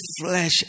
flesh